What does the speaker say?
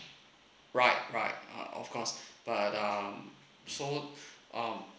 right right uh of course but um so um